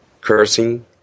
cursing